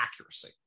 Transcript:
accuracy